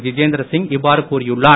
ஜிதேந்திர சிங் இவ்வாறு கூறியுள்ளார்